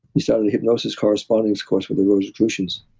he started a hypnosis correspondence course with the rosicrucians.